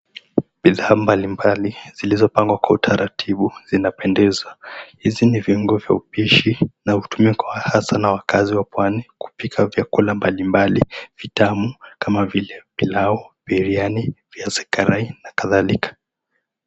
Bidhaa mbalimbali zilizopangwa kwa utaratibu zinapendeza, hizi ni viungo vya upishi na hutumiwa hasa na wakaazi wa pwani kupika vyakula mbalimbali vitamu kama vile pilau, biriani, viazi karai na kadhalika.